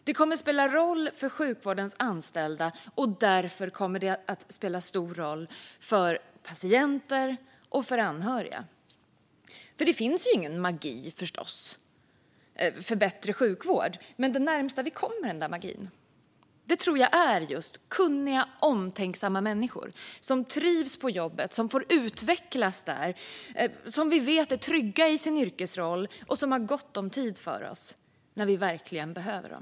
Det kommer att spela roll för sjukvårdens anställda, och därför kommer det också att spela stor roll för patienter och för anhöriga. Det finns förstås ingen magi för bättre sjukvård, men det närmaste vi kommer den där magin tror jag är just kunniga, omtänksamma människor som trivs på jobbet och som får utvecklas där. Det är människor som vi vet är trygga i sin yrkesroll och som har gott om tid för oss när vi verkligen behöver dem.